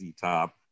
Top